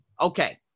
Okay